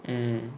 mm